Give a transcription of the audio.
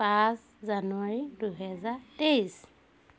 পাঁচ জানুৱাৰী দুহেজাৰ তেইছ